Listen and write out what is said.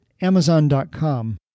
Amazon.com